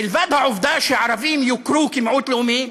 מלבד העובדה שערבים יוכרו כמיעוט לאומי,